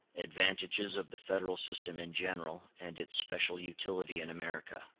advantages of the federal system in general, and its special utility in america.